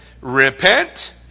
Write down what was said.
Repent